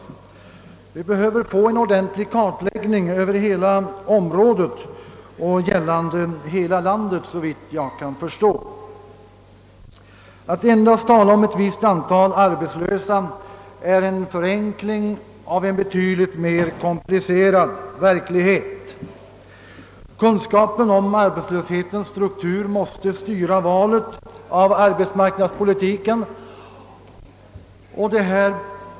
Det är, såvitt jag förstår, nödvändigt med en ordentlig kartläggning av detta område, en kartläggning som avser hela landet. Att endast tala om antalet arbetslösa är att förenkla en komplicerad verklighet. Kunskap om arbetslöshetens struktur måste styra valet av de arbetsmarknadspolitiska åtgärderna.